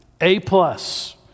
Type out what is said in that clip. A-plus